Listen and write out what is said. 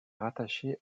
rattachée